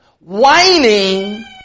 Whining